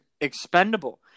expendable